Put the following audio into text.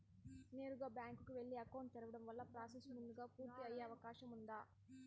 నేరుగా బ్యాంకు కు వెళ్లి అకౌంట్ తెరవడం వల్ల ప్రాసెస్ ముందుగా పూర్తి అయ్యే అవకాశం ఉందా?